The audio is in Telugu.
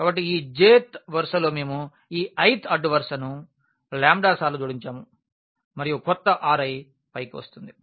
కాబట్టి ఈ j th వరుసలో మేము ఈ i th అడ్డువరసను లాంబ్డా సార్లు జోడించాము మరియు కొత్త Ri పైకి వస్తుంది